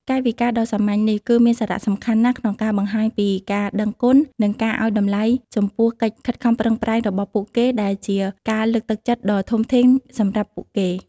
កាយវិការដ៏សាមញ្ញនេះ គឺមានសារៈសំខាន់ណាស់ក្នុងការបង្ហាញពីការដឹងគុណ និងការឱ្យតម្លៃចំពោះកិច្ចខិតខំប្រឹងប្រែងរបស់ពួកគេ ដែលជាការលើកទឹកចិត្តដ៏ធំធេងសម្រាប់ពួកគេ។